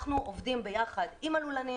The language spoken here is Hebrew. אנחנו עובדים ביחד עם הלולנים,